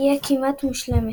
תהיה כמעט מושלמת.